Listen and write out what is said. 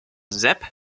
sepp